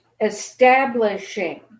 establishing